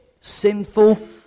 Sinful